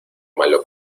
malo